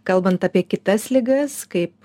kalbant apie kitas ligas kaip